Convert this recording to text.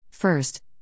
First